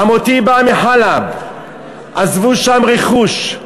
חמותי באה מחאלב, עזבו שם רכוש,